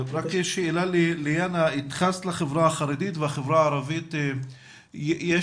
ליאנה, התייחסת לחברה הערבית והחברה החרדית.